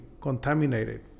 contaminated